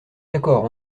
d’accord